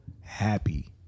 happy